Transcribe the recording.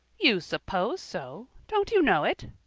you suppose so! don't you know it?